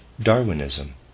Darwinism